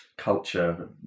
culture